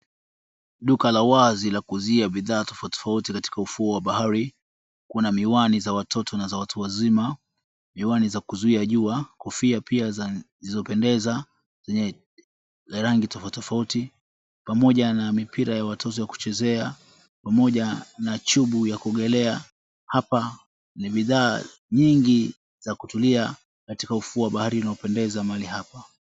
Duka la wazi la kuzia bidhaa tofauti tofauti katika ufuo wa bahari. Kuna miwani za watoto na za watu wazima, miwani za kuzuia jua, kofia pia za zilizopendeza zenye rangi tofauti tofauti pamoja na mipira ya watozi wa kuchezea pamoja na chubu ya kuogelea. Hapa ni bidhaa nyingi za kutulia katika ufuo wa bahari unaopendeza mahali hapa.